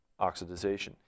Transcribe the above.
oxidization